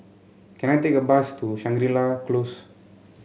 can I take a bus to Shangri La Close